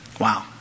Wow